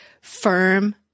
firm